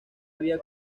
había